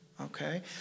Okay